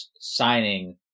signing